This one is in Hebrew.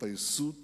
להתפייסות